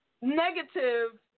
negative